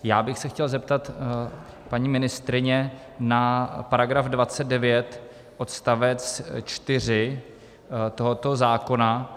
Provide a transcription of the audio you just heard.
Já bych se chtěl zeptat paní ministryně na § 29 odst. 4 tohoto zákona.